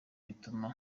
bituma